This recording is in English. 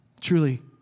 Truly